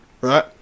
right